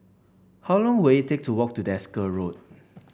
how long will it take to walk to Desker Road